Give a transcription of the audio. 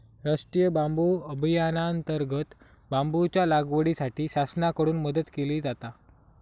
राष्टीय बांबू अभियानांतर्गत बांबूच्या लागवडीसाठी शासनाकडून मदत केली जाता